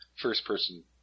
first-person